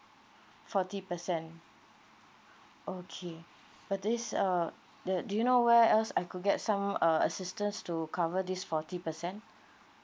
forty percent okay for this uh the do you know where else I could get some uh assistance to cover this forty percent